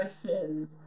questions